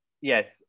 Yes